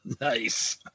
Nice